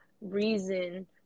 reason